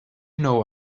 know